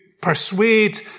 persuade